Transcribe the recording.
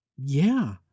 Yeah